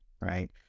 right